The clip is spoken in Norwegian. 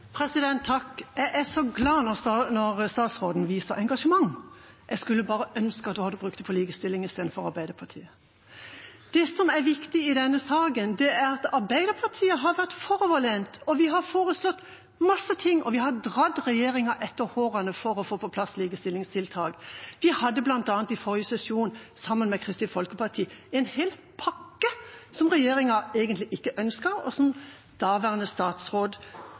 Jeg er så glad når statsråden viser engasjement. Jeg skulle bare ønske hun hadde brukt det på likestilling istedenfor på Arbeiderpartiet. Det som er viktig i denne saken, er at Arbeiderpartiet har vært foroverlent. Vi har foreslått en masse ting, og vi har dratt regjeringa etter hårene for å få på plass likestillingstiltak. Vi hadde bl.a. i forrige sesjon, sammen med Kristelig Folkeparti, en hel pakke som regjeringa egentlig ikke ønsket, der daværende statsråd